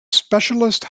specialist